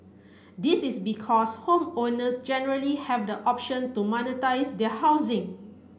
this is because homeowners generally have the option to monetise their housing